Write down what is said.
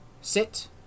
Sit